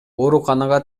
ооруканага